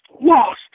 lost